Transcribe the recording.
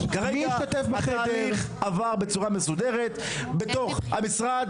התהליך עבר בצורה מסודרת במשרד,